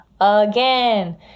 again